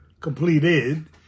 completed